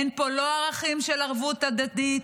אין פה ערכים של ערבות הדדית,